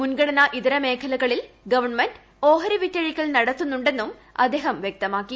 മുൻഗണന ഇതര മേഖലകളിൽ ഗവൺമെന്റ് ഓഹരി വിറ്റഴിക്കൽ നടത്തുന്നുണ്ടെന്നും അദ്ദേഹം വ്യക്തമാക്കി